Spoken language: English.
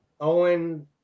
Owen